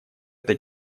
это